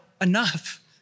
enough